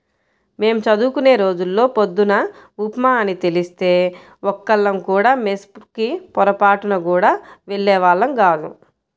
మేం చదువుకునే రోజుల్లో పొద్దున్న ఉప్మా అని తెలిస్తే ఒక్కళ్ళం కూడా మెస్ కి పొరబాటున గూడా వెళ్ళేవాళ్ళం గాదు